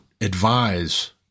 advise